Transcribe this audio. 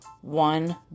one